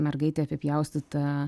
mergaitė apipjaustya